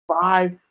five